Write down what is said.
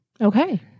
Okay